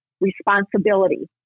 responsibility